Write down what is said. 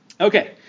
Okay